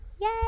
Yay